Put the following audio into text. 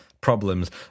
Problems